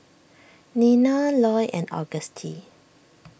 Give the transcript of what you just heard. Nina Loy and Auguste